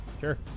Sure